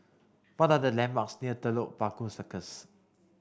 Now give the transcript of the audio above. what are the landmarks near Telok Paku Circus